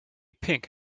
pink